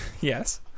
Yes